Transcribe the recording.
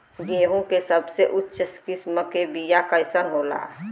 गेहूँ के सबसे उच्च किस्म के बीया कैसन होला?